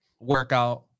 workout